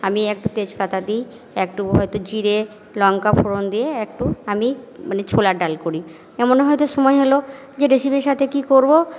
আমি একটু তেজপাতা দিই একটু হয়তো জিরে লঙ্কা ফোঁড়ন দিয়ে একটু আমি মানে ছোলার ডাল করি এমন হয়তো সময় হল যে রেসিপির সাথে কী করবো